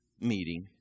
meeting